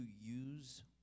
use